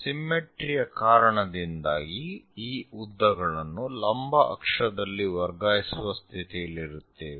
symmetry ಯ ಕಾರಣದಿಂದಾಗಿ ಈ ಉದ್ದಗಳನ್ನು ಲಂಬ ಅಕ್ಷದಲ್ಲಿ ವರ್ಗಾಯಿಸುವ ಸ್ಥಿತಿಯಲ್ಲಿರುತ್ತೇವೆ